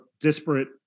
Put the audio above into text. disparate